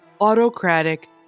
autocratic